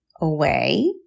away